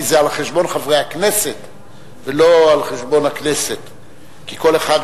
כי זה על חשבון חברי הכנסת ולא על חשבון הכנסת,